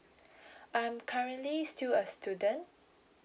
I'm currently still a student